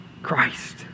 Christ